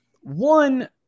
One